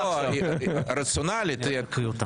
תשעה, שבעה.